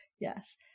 Yes